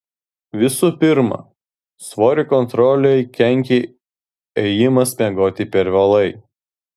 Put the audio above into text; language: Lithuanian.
visų pirma svorio kontrolei kenkia ėjimas miegoti per vėlai